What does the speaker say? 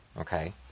Okay